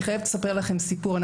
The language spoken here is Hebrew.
אני חייבת לספר לכם סיפור.